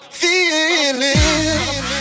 feeling